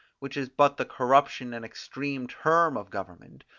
which is but the corruption and extreme term of government,